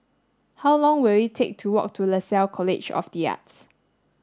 how long will it take to walk to Lasalle College of the Arts